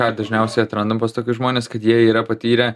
ką dažniausiai atrandam pas tokius žmones kad jie yra patyrę